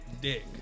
dick